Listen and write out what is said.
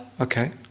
Okay